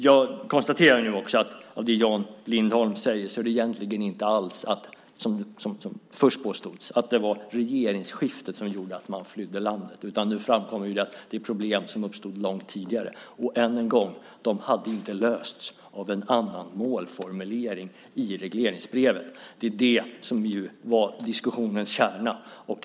Jag konstaterar att det inte alls är så som Jan Lindholm först påstod, att det var regeringsskiftet som gjorde att man flydde landet. Det framkommer att det var problem som uppstod långt tidigare. Än en gång: De hade inte lösts av en annan målformulering i regleringsbrevet. Det är det som var diskussionens kärna.